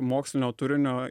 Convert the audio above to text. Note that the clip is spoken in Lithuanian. mokslinio turinio